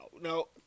No